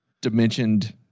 dimensioned